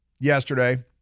yesterday